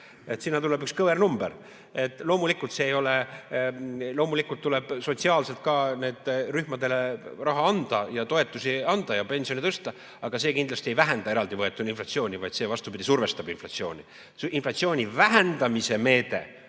sinna tuleb üks kõver number. Loomulikult tuleb neile rühmadele sotsiaalsel [eesmärgil] raha anda, toetusi anda ja pensione tõsta, aga see kindlasti ei vähenda eraldi võetuna inflatsiooni, vaid see, vastupidi, survestab inflatsiooni. Inflatsiooni vähendamise meede